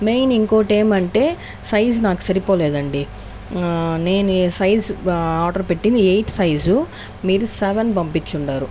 main ఇంకోటి ఏమంటే size నాకు సరిపోలేదండి నేను సైజు ఆర్డర్ పెట్టింది ఎయిట్ సైజు మీరు సెవెన్ పంపించుండారు